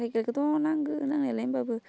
साइकेलखौथ' नांगौ नांनायालाय होमबाबो